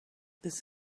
this